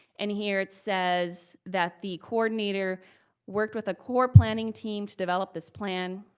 and here it says that the coordinator worked with a core planning team to develop this plan,